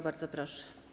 Bardzo proszę.